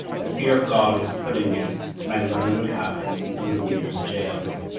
the fear of god was put in me when i learned what happened in the unbelievabler's jails.